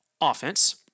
offense